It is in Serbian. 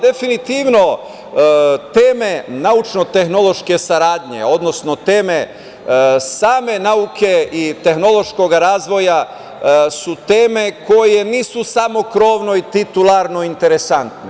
Definitivno teme naučno-tehnološke saradnje, odnosno teme same nauke i tehnološkog razvoja su teme koje nisu samo krovno i titularno interesantne.